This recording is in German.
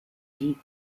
die